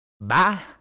Bye